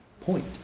point